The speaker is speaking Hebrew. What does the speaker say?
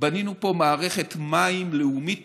בנינו פה מערכת מים לאומית